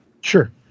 Sure